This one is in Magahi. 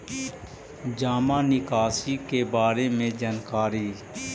जामा निकासी के बारे में जानकारी?